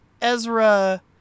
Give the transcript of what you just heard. Ezra